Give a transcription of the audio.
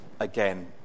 again